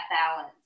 balance